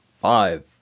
Five